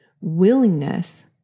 Willingness